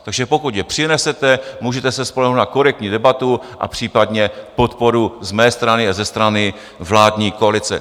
Takže pokud je přinesete, můžete se spolehnout na korektní debatu a případně podporu z mé strany a ze strany vládní koalice.